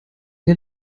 der